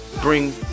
bring